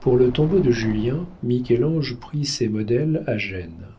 pour le tombeau de julien michel-ange prit ses modèles à gênes